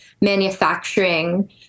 manufacturing